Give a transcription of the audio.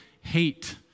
hate